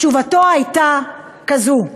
תשובתו הייתה כזאת: